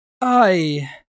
I